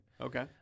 Okay